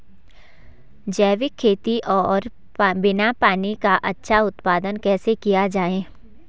जैविक खेती और बिना पानी का अच्छा उत्पादन कैसे किया जाए?